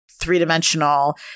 three-dimensional